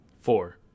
four